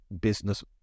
business